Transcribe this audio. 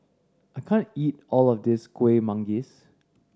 I can't eat all of this Kuih Manggis